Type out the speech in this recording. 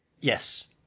yes